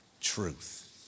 truth